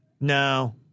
No